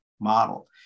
model